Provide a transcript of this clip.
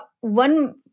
one